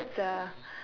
that's a